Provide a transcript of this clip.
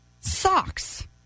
socks